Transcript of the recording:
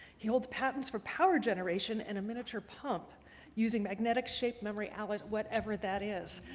he holds patents for power generation and a miniature pump using magnetic shape memory alloys, whatever that is.